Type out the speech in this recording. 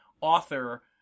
author